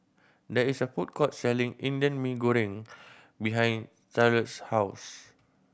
there is a food court selling Indian Mee Goreng behind Charlotte's house